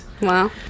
Wow